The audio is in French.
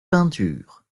peinture